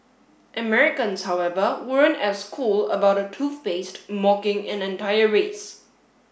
Americans however weren't as cool about a toothpaste mocking an entire race